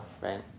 right